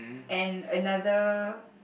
and another